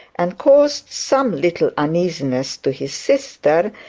and caused some little uneasiness to his sister,